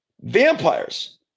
vampires